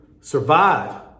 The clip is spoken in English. survive